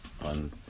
on